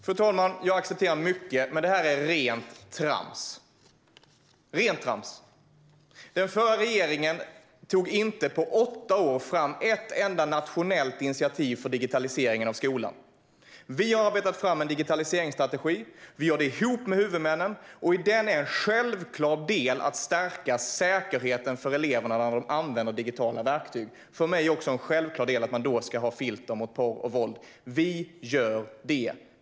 Fru talman! Jag accepterar mycket, men detta är rent trams. Den förra regeringen tog inte på åtta år fram ett enda nationellt initiativ för digitalisering av skolan. Vi har arbetat fram en digitaliseringsstrategi ihop med huvudmännen, och en självklar del i den är att stärka säkerheten för eleverna när de använder digitala verktyg. För mig är det då en självklar del att man då ska ha filter mot porr och våld. Vi gör det.